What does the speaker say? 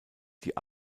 die